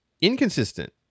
inconsistent